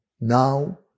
now